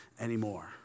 anymore